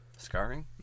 Scarring